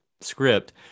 script